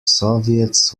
soviets